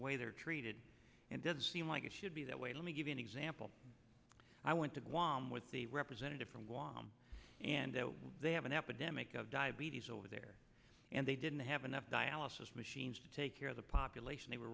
way they're treated it doesn't seem like it should be that way let me give you an example i went to guam with the representative from guam and they have an epidemic of diabetes over there and they didn't have enough dialysis machines to take care of the population they were